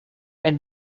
and